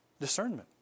discernment